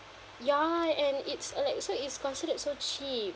ya and it's uh like so it's considered so cheap